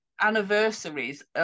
anniversaries